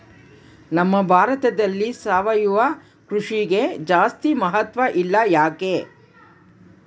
ನಮ್ಮ ಭಾರತದಲ್ಲಿ ಸಾವಯವ ಕೃಷಿಗೆ ಜಾಸ್ತಿ ಮಹತ್ವ ಇಲ್ಲ ಯಾಕೆ?